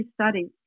studies